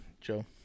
Joe